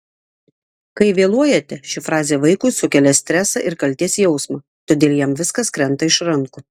kai vėluojate ši frazė vaikui sukelia stresą ir kaltės jausmą todėl jam viskas krenta iš rankų